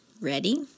Ready